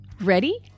Ready